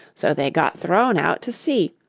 so they got thrown out to sea.